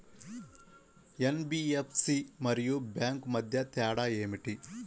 NBFC మరియు bank మధ్య తేడా ఏమిటీ?